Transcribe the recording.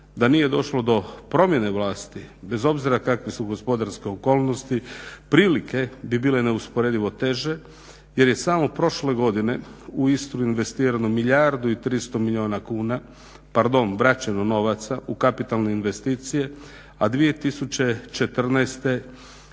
da nije došlo do promjene vlasti bez obzira kakve su gospodarske okolnosti prilike bi bile neusporedivo teže. Jer je samo prošle godine u Istru investirano milijardu i 300 milijuna kuna, pardon vraćeno novaca u kapitalne investicije a 2014. biti